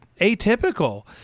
atypical